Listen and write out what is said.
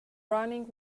running